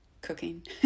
cooking